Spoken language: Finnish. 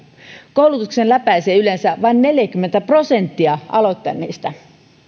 koulutuksen läpäisee yleensä vain neljäkymmentä prosenttia aloittaneista